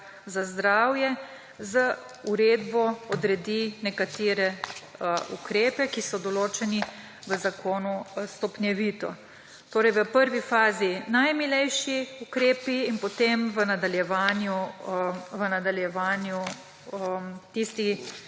za zdravje z uredbo odredi nekatere ukrepe, ki so določeni v zakonu stopnjevito. V prvi fazi najmilejši ukrepi in potem v nadaljevanju tisti,